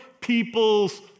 people's